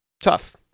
tough